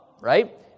right